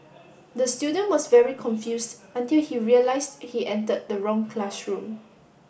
the student was very confused until he realised he entered the wrong classroom